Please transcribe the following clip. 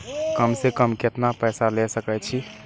कम से कम केतना पैसा ले सके छी?